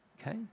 Okay